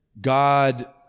God